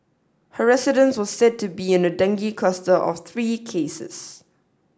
her residence was said to be in a dengue cluster of three cases